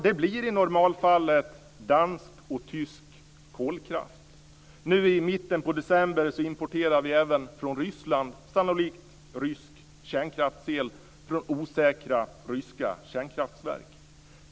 Det blir i normalfallet dansk och tysk kolkraft. Nu, i mitten av december, importerade vi även från Ryssland, sannolikt rysk kärnkraftsel från osäkra ryska kärnkraftverk.